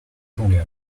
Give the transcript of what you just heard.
重点